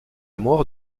mort